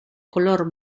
color